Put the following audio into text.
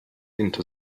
into